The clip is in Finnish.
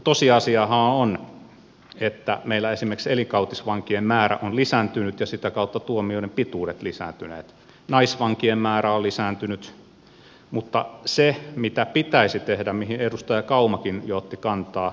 tosiasiahan on että meillä esimerkiksi elinkautisvankien määrä on lisääntynyt ja sitä kautta tuomioiden pituudet lisääntyneet naisvankien määrä on lisääntynyt mutta se mitä pitäisi tehdä on se mihin edustaja kaumakin jo otti kantaa